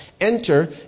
enter